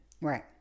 Right